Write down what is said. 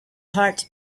heart